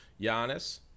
Giannis